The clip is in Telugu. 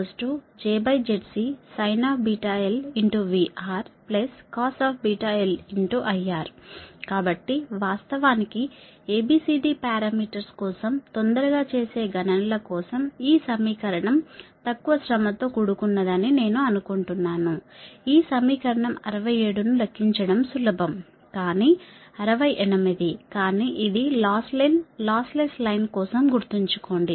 కాబట్టి VScosVRjZc sinlIR ISjZcsinVRcosIR కాబట్టి వాస్తవానికి ABCD పారామీటర్స్ కోసం తొందరగా చేసే గణనల కోసం ఈ సమీకరణం తక్కువ శ్రమతో కూడుకున్నదని నేను అనుకుంటున్నాను ఈ సమీకరణం 67 ను లెక్కించడం సులభం కానీ 68 కానీ ఇది లాస్ లెస్ లైన్ కోసం గుర్తుంచుకోండి